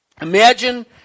Imagine